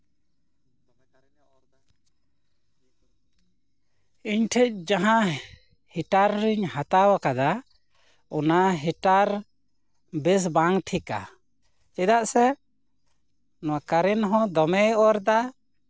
ᱤᱧ ᱴᱷᱮᱡ ᱡᱟᱦᱟᱸ ᱦᱤᱴᱟᱨᱤᱧ ᱦᱟᱛᱟᱣ ᱟᱠᱟᱫᱟ ᱚᱱᱟ ᱦᱤᱴᱟᱨ ᱵᱮᱥ ᱵᱟᱝ ᱴᱷᱤᱠᱟ ᱪᱮᱫᱟᱜ ᱥᱮ ᱱᱚᱣᱟ ᱠᱟᱨᱮᱱ ᱦᱚᱸ ᱫᱚᱢᱮᱭ ᱚᱨᱫᱟ